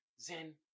zen